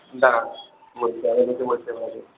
দাঁড়ান বলছি দেখে বলছি আপনাকে